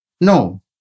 No